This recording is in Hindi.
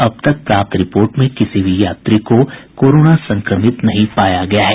अब तक प्राप्त रिपोर्ट में किसी भी यात्री को कोरोना संक्रमित नहीं पाया गया है